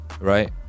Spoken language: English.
right